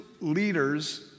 leaders